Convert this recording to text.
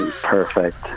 Perfect